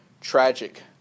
tragic